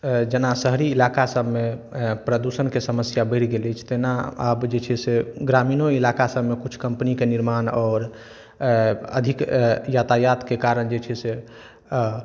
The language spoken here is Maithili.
जेना शहरी इलाका सबमे प्रदूषणके समस्या बढ़ि गेल अछि तेना आब जे छै से ग्रामीणो इलाका सबमे किछु कम्पनीके निर्माण आओर अधिक यातायातके कारण जे छै से